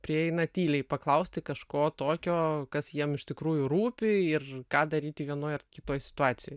prieina tyliai paklausti kažko tokio kas jiem iš tikrųjų rūpi ir ką daryti vienoj ar kitoj situacijoj